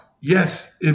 Yes